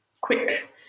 quick